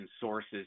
sources